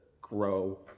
grow